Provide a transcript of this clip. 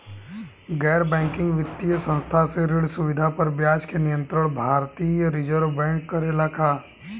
गैर बैंकिंग वित्तीय संस्था से ऋण सुविधा पर ब्याज के नियंत्रण भारती य रिजर्व बैंक करे ला का?